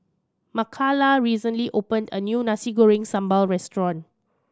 Makala recently opened a new Nasi Goreng Sambal restaurant